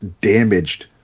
damaged